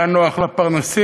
זה היה נוח לפרנסים,